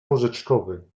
porzeczkowy